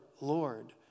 Lord